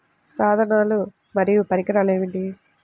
సాధనాలు మరియు పరికరాలు ఏమిటీ?